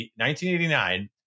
1989